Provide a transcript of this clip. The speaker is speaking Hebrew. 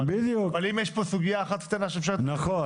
אבל אם יש פה סוגיה אחת קטנה שאפשר להתקדם.